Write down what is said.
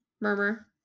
Murmur